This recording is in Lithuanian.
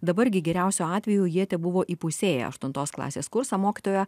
dabar gi geriausiu atveju jie tebuvo įpusėję aštuntos klasės kursą mokytoja